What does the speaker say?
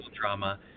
drama